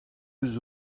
eus